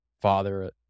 father